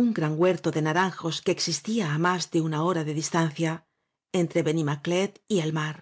un huerto de ran naranjos que existía á más de una hora de distancia entre benimaclet y el mar